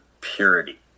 Purity